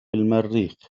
المريخ